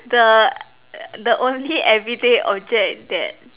the the only everyday object that